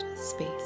space